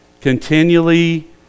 Continually